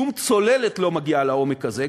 שום צוללת לא מגיעה לעומק הזה,